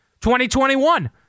2021